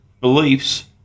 beliefs